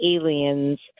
aliens